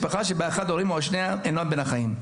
משפחה שבה אחד ההורים או שניהם אינם בין החיים",